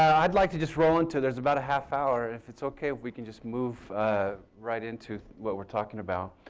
i'd like to just roll into. there's about a half hour. if it's okay if we can just move right into what we're talking about.